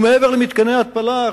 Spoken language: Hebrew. מעבר למתקני ההתפלה,